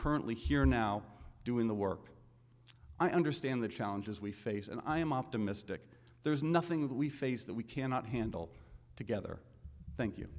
currently here now doing the work i understand the challenges we face and i am optimistic there's nothing that we face that we cannot handle together thank you